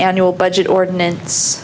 annual budget ordinance